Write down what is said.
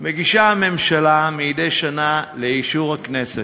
הממשלה מגישה מדי שנה לאישור הכנסת,